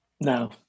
No